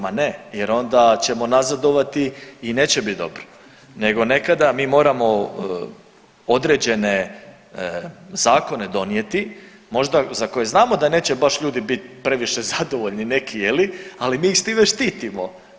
Ma ne, jer onda ćemo nazadovati i neće biti dobro, nego nekada mi moramo određene zakone donijeti možda za koje znamo da neće baš ljudi biti previše zadovoljni neki je li, ali mi ih sa time štitimo.